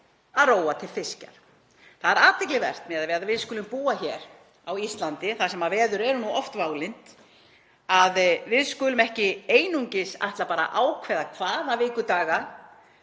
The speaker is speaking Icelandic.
að róa til fiskjar. Það er athyglisvert miðað við að við skulum búa hér á Íslandi þar sem veður eru oft válynd, að við skulum ekki einungis ætla að ákveða hvaða daga